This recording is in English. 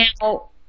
Now